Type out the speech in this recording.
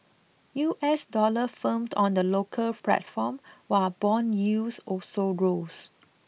U S dollar firmed on the local platform while bond yields also rose